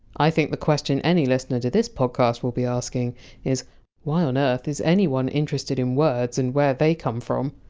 i think the question any listener to this podcast will be asking is why on earth is anyone interested in words and where they come from?